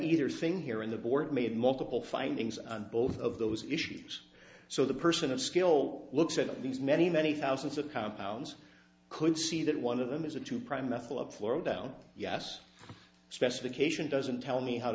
either thing here in the board made multiple findings on both of those issues so the person of skill looks at all these many many thousands of compounds could see that one of them is a two prime method of floral down yes specification doesn't tell me how